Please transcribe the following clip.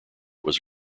was